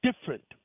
different